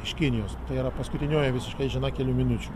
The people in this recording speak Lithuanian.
iš kinijos tai yra paskutinioji visiškai kelių minučių